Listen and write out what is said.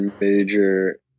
major